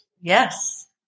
Yes